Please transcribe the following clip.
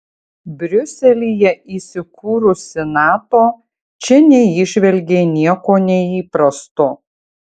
briuselyje įsikūrusi nato čia neįžvelgė nieko neįprasto